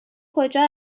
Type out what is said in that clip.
کجا